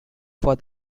for